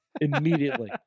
immediately